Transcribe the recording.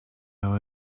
how